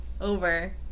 over